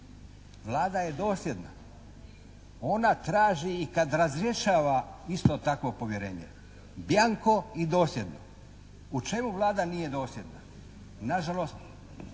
Vlada je dosljedna. Ona traži i kad razrješava isto takvo povjerenje, bianco i dosljedno. U čemu Vlada nije dosljedna? Nažalost